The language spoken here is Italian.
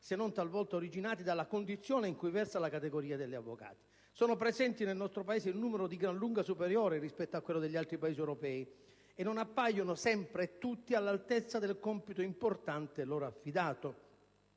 se non talvolta originati, dalla condizione in cui versa la categoria degli avvocati. Sono presenti nel nostro Paese in numero di gran lunga superiore rispetto agli altri Paesi europei e non appaiono sempre e tutti all'altezza del compito importante loro affidato.